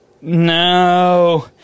no